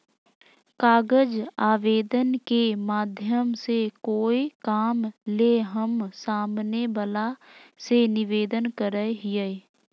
कागज आवेदन के माध्यम से कोय काम ले हम सामने वला से निवेदन करय हियय